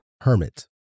hermit